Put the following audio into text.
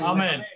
Amen